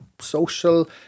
social